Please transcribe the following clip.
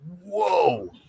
whoa